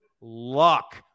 luck